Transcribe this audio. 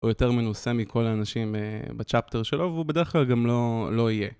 הוא יותר מנוסה מכל האנשים בצ'אפטר שלו והוא בדרך כלל גם לא יהיה.